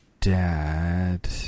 dad